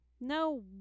no